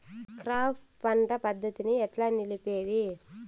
Crop పంట పద్ధతిని ఎట్లా నిలిపేది?